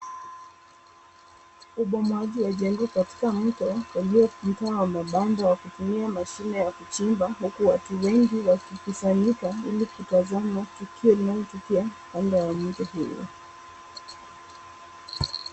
Ubomoaji wa jengo katika mto karibu na mtaa wa mabanda kwa kutumia mashine ya kuchimba huku watu wengi wamekusanyika ili kutazama ubomoaji wa jengo katika mto huo.